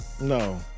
no